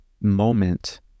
moment